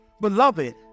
Beloved